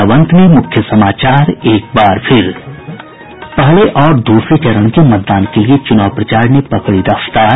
और अब अंत में मुख्य समाचार पहले और दूसरे चरण के मतदान के लिए चुनाव प्रचार ने पकड़ी रफ्तार